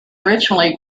originally